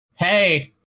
Hey